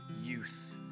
youth